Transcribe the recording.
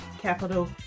capital